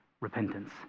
repentance